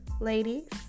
ladies